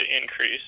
increase